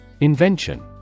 Invention